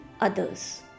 others